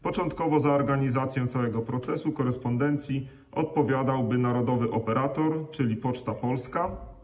Początkowo za organizację całego procesu korespondencji odpowiadałby narodowy operator, czyli Poczta Polska.